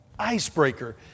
icebreaker